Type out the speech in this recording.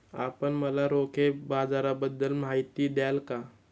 आपण मला रोखे बाजाराबद्दल माहिती द्याल का?